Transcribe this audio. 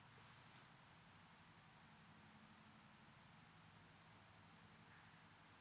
mm